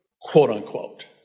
quote-unquote